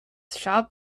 shop